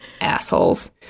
assholes